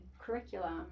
curriculum